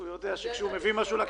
הוא יודע שכאשר הוא מביא משהו לכנסת,